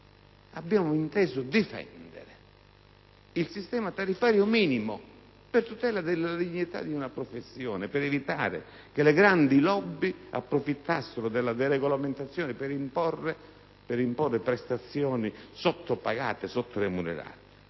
abbiamo inteso difendere il sistema tariffario minimo per tutelare la dignità di una professione e per evitare che le grandi *lobby* approfittassero della deregolamentazione per imporre prestazioni sottoremunerate.